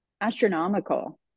astronomical